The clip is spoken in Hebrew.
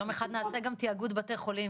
יום אחד נעשה גם תאגוד בתי החולים,